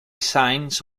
signs